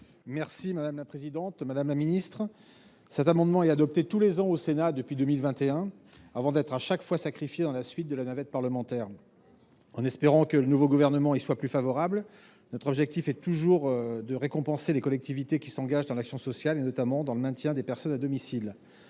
: La parole est à M. Éric Gold. Cet amendement est adopté tous les ans au Sénat depuis 2021 avant d’être, chaque fois, sacrifié au cours de la navette parlementaire. Nous espérons que le nouveau gouvernement y sera plus favorable. Notre objectif est toujours de récompenser les collectivités qui s’engagent dans l’action sociale, notamment dans le maintien des personnes à domicile.